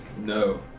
No